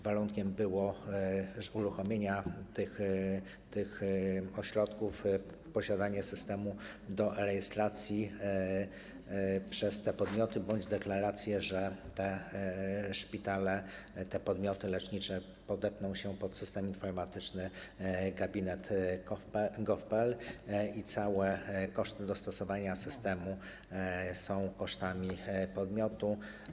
Warunkiem uruchomienia tych ośrodków było posiadanie systemu do e-rejestracji przez te podmioty bądź deklaracja, że te szpitale, te podmioty lecznicze podepną się pod system informatyczny gabinet.gov.pl i całe koszty dostosowania systemu będą kosztami podmiotu.